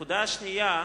הנקודה השנייה,